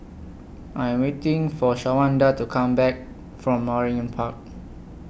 I Am waiting For Shawanda to Come Back from Waringin Park